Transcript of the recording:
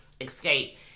escape